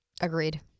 Agreed